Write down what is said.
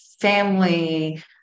family